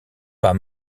pas